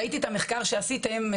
ראיתי את המחקר שעשיתם.